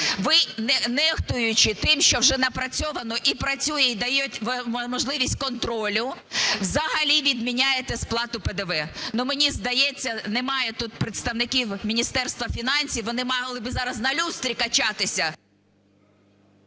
Ви, нехтуючи тим, що вже напрацьовано і працює, і дає можливість контролю, взагалі відміняєте сплату ПДВ. Мені здається, немає тут представників Міністерства фінансів, вони мали би зараз на люстрі качатися…